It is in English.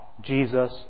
Jesus